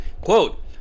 Quote